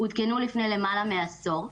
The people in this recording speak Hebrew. עודכנו לפני למעלה מעשור,